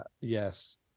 Yes